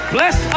Bless